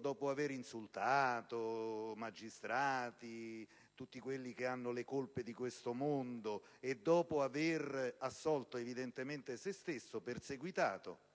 dopo avere insultato i magistrati, attribuendo loro tutte le colpe di questo mondo, e dopo avere assolto evidentemente se stesso, perseguitato,